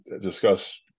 discuss